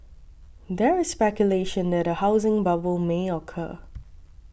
there is speculation that a housing bubble may occur